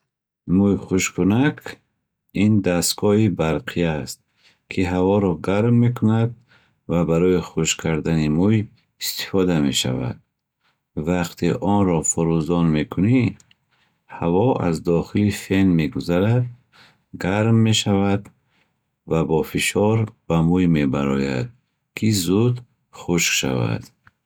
Мӯйхушккунак ин дастгоҳи барқӣ аст, ки ҳаворо гарм мекунад ва барои хушк кардани мӯй истифода мешавад. Вақте онро фурӯзон мекунӣ, ҳаво аз дохили фен мегузарад, гарм мешавад ва бо фишор ба мӯй мебарояд, ки зуд хушк шавад.